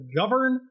govern